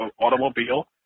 automobile